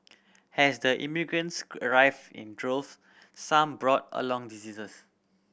as the immigrants arrived in drove some brought along diseases